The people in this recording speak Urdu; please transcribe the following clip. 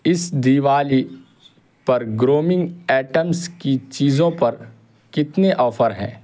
اس دیوالی پر گرومنگ آئٹمز کی چیزوں پر کتنے آفر ہیں